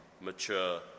mature